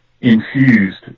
infused